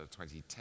2010